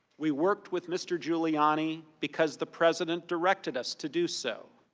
we worked with mr. giuliani because the president directed us to do so.